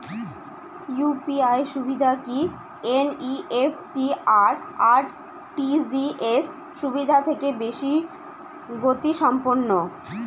UPI সুবিধা কি NEFT আর আর.টি.জি.এস সুবিধা থেকে বেশি গতিসম্পন্ন?